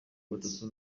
batatu